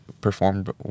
performed